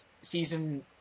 season –